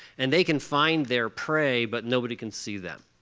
and they can find their prey but nobody can see them.